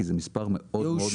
כי זה מספר מאוד מאוד משמעותי.